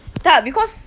tak because